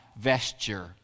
vesture